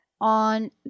on